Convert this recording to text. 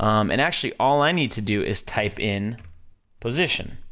um and actually, all i need to do is type in position,